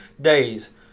days